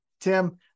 tim